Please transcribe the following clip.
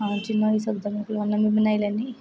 उन्ना में बानई लैन्नी